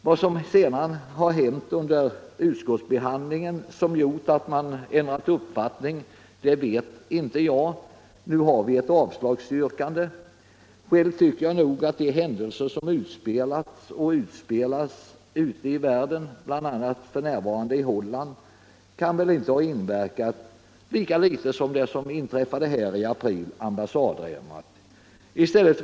Vad som har hänt under utskottsbehandlingen som gjort att vpk ändrat uppfattning vet inte jag. Vpk yrkar nu emellertid avslag på propositionen. De händelser som utspelats och utspelas ute i världen, bl.a. f. n. i Holland, kan väl inte ha inverkat på detta sätt, lika litet som de händelser som inträffade i april i år i vårt land — ambassaddramat — bör ha gjort det.